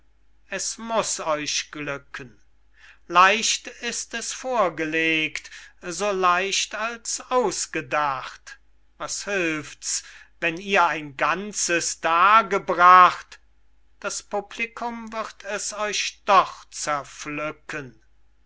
es muß euch glücken leicht ist es vorgelegt so leicht als ausgedacht was hilft's wenn ihr ein ganzes dargebracht das publikum wird es euch doch